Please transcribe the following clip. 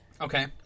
Okay